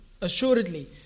assuredly